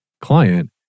client